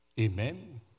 Amen